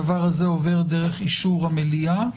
זה עובר דרך אישור המליאה.